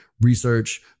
Research